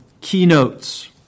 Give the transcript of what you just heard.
keynotes